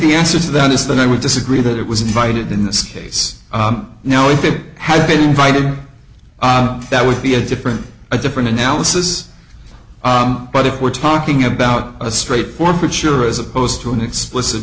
the answer to that is that i would disagree that it was invited in this case now if it had been invited that would be a different a different analysis but if we're talking about a straightforward sure as opposed to an explicit